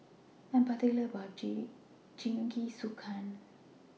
I Am particular about My Jingisukan